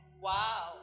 Wow